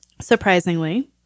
Surprisingly